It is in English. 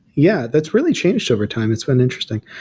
yeah. that's really changed over time. it's been interesting.